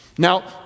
Now